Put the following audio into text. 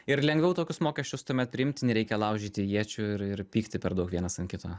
ir lengviau tokius mokesčius tuomet priimti nereikia laužyti iečių ir ir pykti per daug vienas ant kito